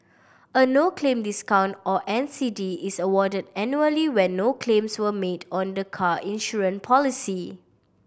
a no claim discount or N C D is awarded annually when no claims were made on the car insurance policy